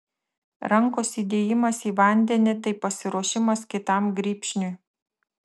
rankos įdėjimas į vandenį tai pasiruošimas kitam grybšniui